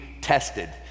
tested